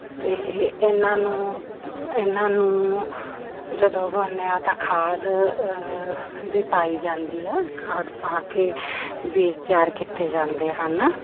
ਅਤੇ ਇਹਨਾਂ ਨੂੰ ਇਹਨਾਂ ਨੂੰ ਜਦੋਂ ਉਗਾਉਂਦੇ ਹਾਂ ਤਾਂ ਖਾਦ ਵੀ ਪਾਈ ਜਾਂਦੀ ਹੈ ਖਾਦ ਪਾ ਕੇ ਬੀਜ ਤਿਆਰ ਕੀਤੇ ਜਾਂਦੇ ਹਨ